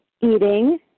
eating